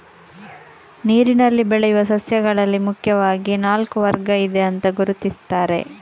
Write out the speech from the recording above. ನೀರಿನಲ್ಲಿ ಬೆಳೆಯುವ ಸಸ್ಯಗಳಲ್ಲಿ ಮುಖ್ಯವಾಗಿ ನಾಲ್ಕು ವರ್ಗ ಇದೆ ಅಂತ ಗುರುತಿಸ್ತಾರೆ